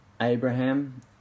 Abraham